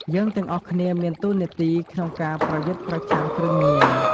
យើងទាំងអស់គ្នាមានតួនាទីក្នុងការប្រយុទ្ធប្រឆាំងគ្រឿងញៀន។